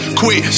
quit